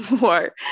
more